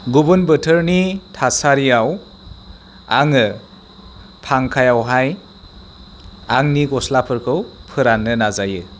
गुबुन बोथोरनि थासारियाव आंङो फांखायावहाय आंनि गस्लाफोरखौ फोराननो नाजायो